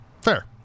Fair